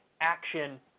action